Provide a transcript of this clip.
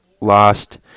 lost